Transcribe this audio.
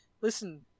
listen